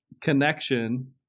connection